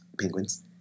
Penguins